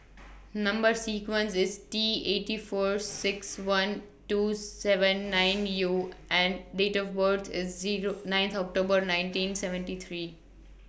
Number sequence IS T eighty four six one two seven nine U and Date of birth IS Zero ninth October nineteen seventy three